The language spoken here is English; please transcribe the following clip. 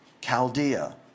Chaldea